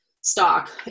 stock